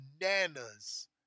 bananas